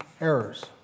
errors